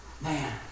Man